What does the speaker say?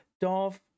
Dov